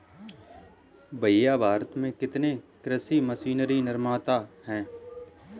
भैया भारत में कितने कृषि मशीनरी निर्माता है?